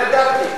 לא ידעתי.